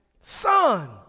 Son